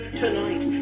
tonight